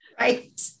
right